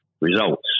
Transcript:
results